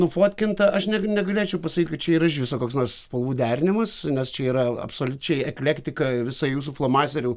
nufotkinta aš net negalėčiau pasakyt kad čia yra iš viso koks nors spalvų derinimas nes čia yra absoliučiai eklektika ir visa jūsų flomasterių